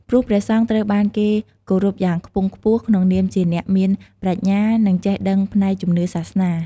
ព្រោះព្រះសង្ឃត្រូវបានគេគោរពយ៉ាងខ្ពង់ខ្ពស់ក្នុងនាមជាអ្នកមានប្រាជ្ញា និងចេះដឹងផ្នែកជំនឿសាសនា។